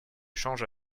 change